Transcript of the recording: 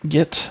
Get